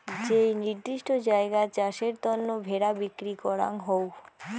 যেই নির্দিষ্ট জায়গাত চাষের তন্ন ভেড়া বিক্রি করাঙ হউ